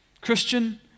Christian